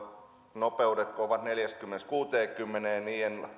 nopeus on neljästäkymmenestä kuuteenkymmeneen